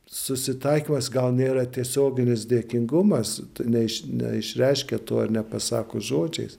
susitaikymas gal nėra tiesioginis dėkingumas ne iš neišreiškia to ar nepasako žodžiais